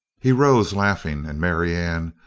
he rose laughing and marianne,